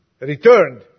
Returned